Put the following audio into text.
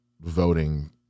voting